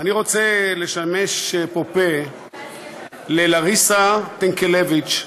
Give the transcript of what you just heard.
אני רוצה לשמש פה פֶּה ללריסה טינקלביץ,